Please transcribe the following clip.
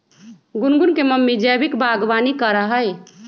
गुनगुन के मम्मी जैविक बागवानी करा हई